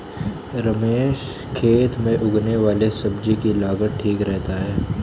रमेश खेत में उगने वाली सब्जी की लागत ठीक रखता है